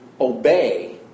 obey